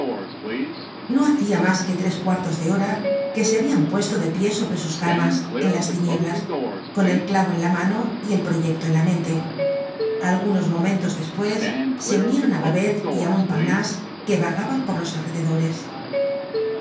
no hacia mas que tres cuartos de hora que se habian puesto de pie sobre sus camas en las tinieblas con el clavo en la mano y el proyecto en la mente algunos momentos despues se unieron á babel y á montparnase que vagaban por los alrededores